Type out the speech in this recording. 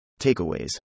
Takeaways